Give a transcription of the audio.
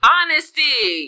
Honesty